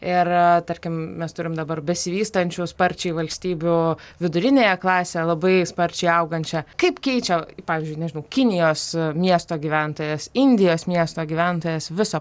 ir tarkim mes turim dabar besivystančių sparčiai valstybių viduriniąją klasę labai sparčiai augančią kaip keičia pavyzdžiui nežinau kinijos miesto gyventojas indijos miesto gyventojas viso